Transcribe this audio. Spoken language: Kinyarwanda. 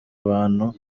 abantu